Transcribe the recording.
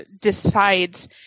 decides